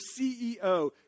CEO